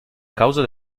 causa